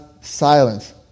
silence